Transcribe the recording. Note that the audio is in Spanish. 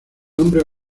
nombre